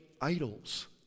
idols